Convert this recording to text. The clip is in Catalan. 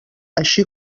així